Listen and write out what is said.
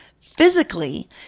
physically